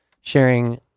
sharing